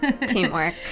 Teamwork